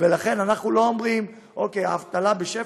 ולכן אנחנו לא אומרים: אוקיי האבטלה בשפל,